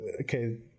okay